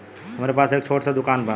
हमरे पास एक छोट स दुकान बा